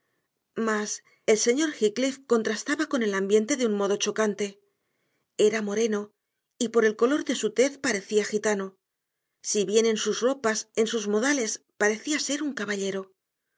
mas el señor heathcliff contrastaba con el ambiente de un modo chocante era moreno y por el color de su tez parecía un gitano si bien en sus ropas en sus modales parecía ser un caballero